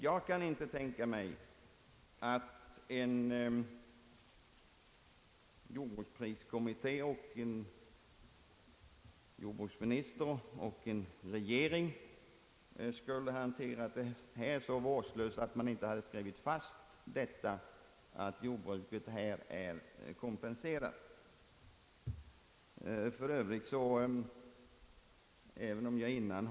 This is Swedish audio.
Jag kan inte tänka mig att en jordbrukspriskommitté, en jordbruksminister och en regering skulle kunna hantera ärendet så vårdslöst att man inte här på något sätt hade slagit fast att jordbruket är kompenserat därest man förmenade att så skulle vara fallet.